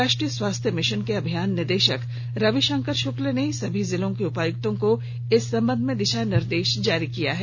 राष्ट्रीय स्वास्थ्य मिशन के अभियान निदेशक रविशंकर शुक्ला ने सभी जिलों के उपायुक्तों को इस संबंध में दिशा निर्देश जारी किया है